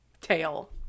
tail